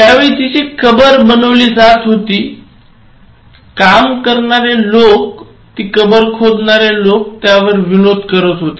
ज्यावेळी तिची कबर बनवली जात होती काम करणारे लोक त्यावर विनोद करत होते